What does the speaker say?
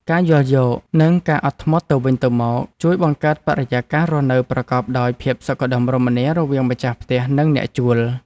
ការយល់យោគនិងការអត់ធ្មត់ទៅវិញទៅមកជួយបង្កើតបរិយាកាសរស់នៅប្រកបដោយភាពសុខដុមរមនារវាងម្ចាស់ផ្ទះនិងអ្នកជួល។